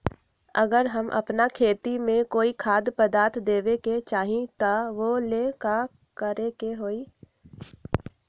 अगर हम अपना खेती में कोइ खाद्य पदार्थ देबे के चाही त वो ला का करे के होई?